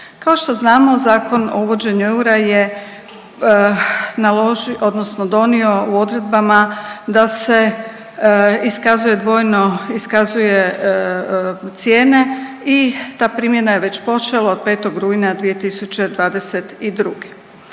Kao što znamo Zakon o uvođenju eura je naložio, odnosno donio u odredbama da se iskazuje dvojno, iskazuju cijene i ta primjena je već počela od 5. rujna 2022.